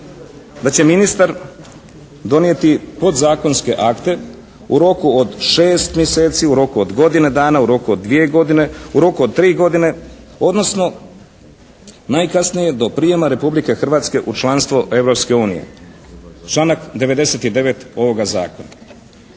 da će ministar donijeti podzakonske akte u roku od šest mjeseci, u roku od godine dana, u roku od dvije godine, u roku od tri godine, odnosno najkasnije do prijema Republike Hrvatske u članstvo Europske unije, članak 99. ovoga zakona.